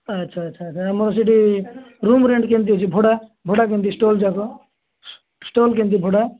ଆଚ୍ଛା ଆଚ୍ଛା ଆଚ୍ଛା ଆମର ସେଠି ରୁମ୍ ରେଣ୍ଟ୍ କେମିତି ଅଛି ଭଡ଼ା ଭଡ଼ା କେମିତି ଷ୍ଟଲ୍ ଯାକ ଷ୍ଟଲ୍ କେମିତି ଭଡ଼ା